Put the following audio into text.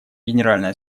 генеральная